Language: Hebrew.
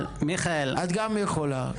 את גם יכולה.